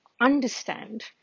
understand